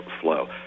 flow